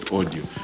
audio